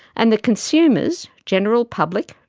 and the consumers, general public,